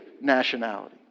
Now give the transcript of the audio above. nationality